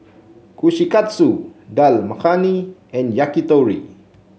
Kushikatsu Dal Makhani and Yakitori